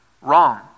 wrong